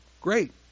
Great